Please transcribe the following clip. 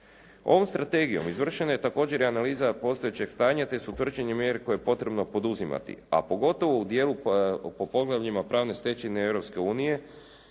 Ovom strategijom izvršena je također i analiza postojećeg stanja te su utvrđene mjere koje je potrebno poduzimati, a pogotovo u dijelu po poglavljima pravne stečevine